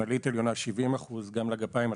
שמאלית עליונה 70 אחוזים, וגם לגפיים התחתונות,